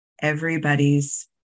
everybody's